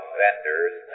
vendors